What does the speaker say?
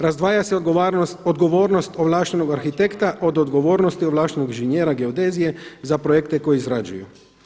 Razdvaja se odgovornost ovlaštenog arhitekta od odgovornosti ovlaštenog inženjera geodezije za projekta koje izrađuju.